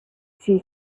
she